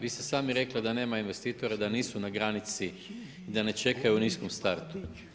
Vi ste sami rekli da nema investitora, da nisu na granici i da ne čekaju u niskom startu.